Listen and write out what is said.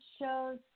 shows